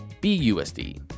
BUSD